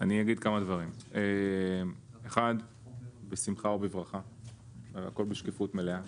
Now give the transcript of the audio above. אני אגיד כמה דברים: 1. בשמחה ובברכה והכל בשקיפות מלאה.